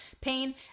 pain